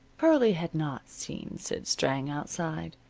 pearlie had not seen sid strang outside.